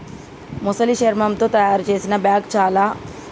మొసలి శర్మముతో తాయారు చేసిన బ్యాగ్ చాల